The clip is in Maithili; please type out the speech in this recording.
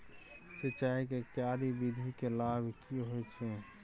सिंचाई के क्यारी विधी के लाभ की होय छै?